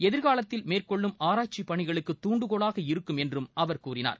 எதிர்காலத்தில் மேற்கொள்ளும் ஆராய்ச்சி பணிகளுக்கு தூண்டுகோலாக இருக்கும் என்றும் அவர் கூறினார்